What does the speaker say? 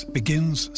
begins